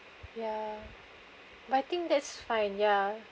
ya but I think that's fine ya